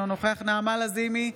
אינו נוכח נעמה לזימי,